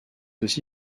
aussi